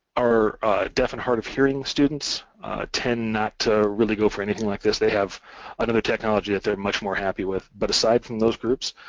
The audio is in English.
our deaf and hard-of-hearing students tend not to really go for anything like this. they have another technology that they're much more happy with but aside from those groups,